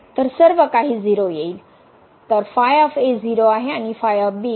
तर सर्व काही 0 आहे